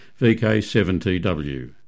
VK7TW